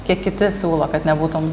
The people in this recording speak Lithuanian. kiek kiti siūlo kad nebūtum